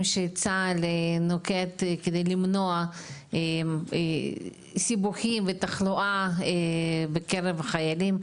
שצה"ל נוקט כדי למנוע סיבוכים ותחלואה בקרב החיילים,